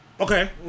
Okay